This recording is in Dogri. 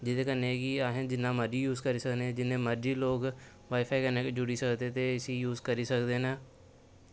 जेह्दे कन्नै कि अस जिन्ना मरजी यूज करी सकने आं जिन्ने मरजी लोक वाई फाई कन्नै जुड़ी सकदे ते इस्सी यूज करी सकदे न